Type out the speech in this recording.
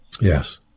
Yes